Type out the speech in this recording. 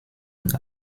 und